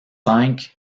instruction